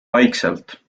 vaikselt